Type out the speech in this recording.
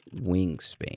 wingspan